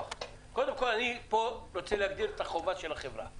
קודם כל אני פה רוצה להגדיר את החובה של החברה.